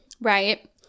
Right